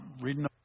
reading